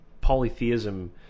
polytheism